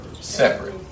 separate